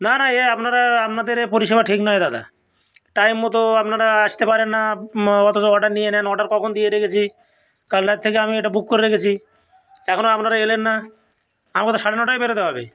না না এ আপনারা আপনাদের এ পরিষেবা ঠিক নয় দাদা টাইম মতো আপনারা আসতে পারেন না অথচ অর্ডার নিয়ে নেন অর্ডার কখন দিয়ে রেখেছি কাল রাত থেকে আমি এটা বুক করে রেখেছি এখনও আপনারা এলেন না আমাকে তো সাড়ে নটায় বেরোতে হবে